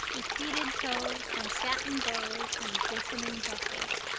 with beaded toes and satin bows and glistening buckles.